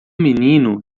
menino